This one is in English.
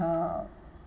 uh